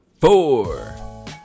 four